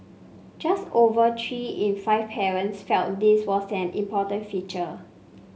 just over three in five parents felt this was an important feature